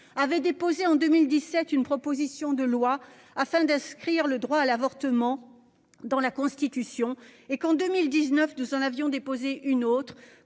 avait déposé en 2017 une proposition de loi visant à inscrire le droit à l'avortement dans la Constitution, et qu'en 2019 il en avait déposé une autre